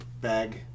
bag